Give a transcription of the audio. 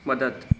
मदद